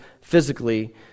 physically